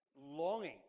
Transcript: longing